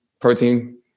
protein